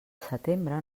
setembre